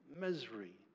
misery